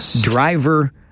driver